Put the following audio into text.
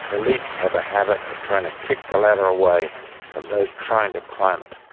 elites have a habit of trying to kick the ladder away from those trying to climb it.